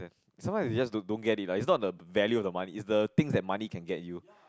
sometimes they just don't don't get it ah it's not the value of the money it's the things that money can get you